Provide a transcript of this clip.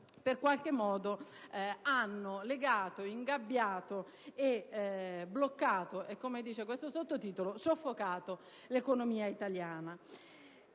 in qualche modo abbiano legato, ingabbiato, bloccato e - come dice il sottotitolo - soffocato l'economia italiana: